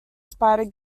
spider